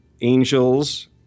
angels